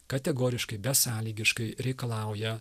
kategoriškai besąlygiškai reikalauja